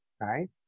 right